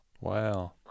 wow